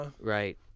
Right